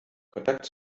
kontakt